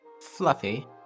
Fluffy